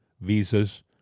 visas